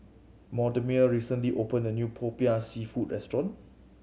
Mortimer recently opened a new Popiah Seafood restaurant